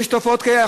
יש תופעות כאלה,